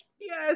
yes